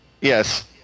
Yes